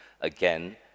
Again